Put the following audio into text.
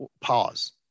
pause